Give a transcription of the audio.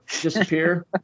disappear